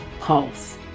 Pulse